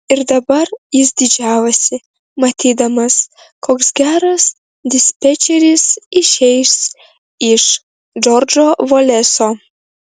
ir dabar jis didžiavosi matydamas koks geras dispečeris išeis iš džordžo voleso